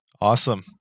Awesome